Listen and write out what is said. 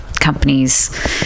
companies